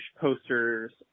posters